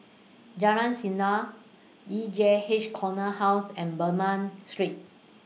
Jalan Sindor E J H Corner House and Bernam Street